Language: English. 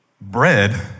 bread